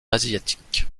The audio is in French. asiatiques